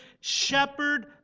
shepherd